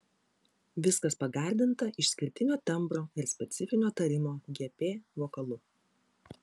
viskas pagardinta išskirtinio tembro ir specifinio tarimo gp vokalu